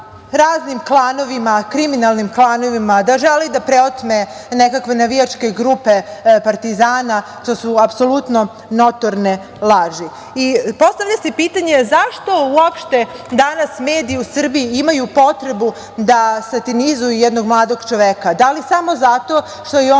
raznim klanovima, kriminalnim klanovima, da želi da preotme nekakve navijačke grupe Partizana, što su apsolutno notorne laži. Postavlja se pitanje – zašto uopšte danas mediji u Srbiji imaju potrebu da satanizuju jednog mladog čoveka? Da li samo zato što je on